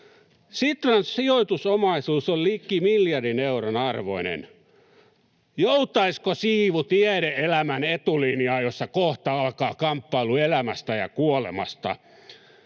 Sitran sijoitusomaisuus on liki miljardin euron arvoinen. Joutaisiko siivu tiede-elämän etulinjaan, jossa kohta alkaa kamppailu elämästä ja kuolemasta?